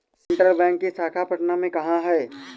Central bank की शाखा पटना में कहाँ है?